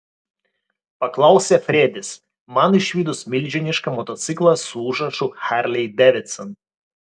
paklausė fredis man išvydus milžinišką motociklą su užrašu harley davidson